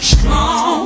Strong